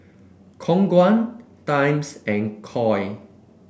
Khong Guan Times and Koi